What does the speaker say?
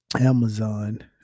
Amazon